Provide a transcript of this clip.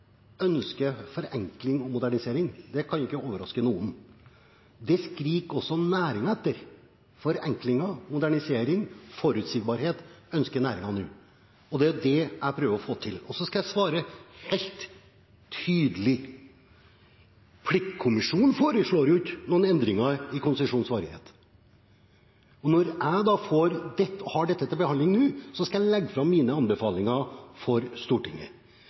forenkling og modernisering, det kan ikke overraske noen. Det skriker også næringen etter. Næringen ønsker forenkling, modernisering og forutsigbarhet, og det er det jeg prøver å få til. Og så skal jeg svare helt tydelig: Pliktkommisjonen foreslår ikke noen endringer i konsesjonsvarighet. Jeg har nå dette til behandling og skal legge fram mine anbefalinger for Stortinget.